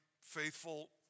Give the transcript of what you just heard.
faithful